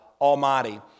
Almighty